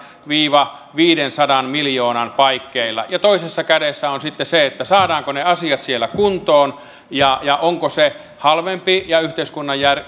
viiva viidensadan miljoonan paikkeilla ja toisessa kädessä on sitten se saadaanko ne asiat siellä kuntoon ja ja onko se halvempi ja yhteiskunnan